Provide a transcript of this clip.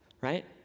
right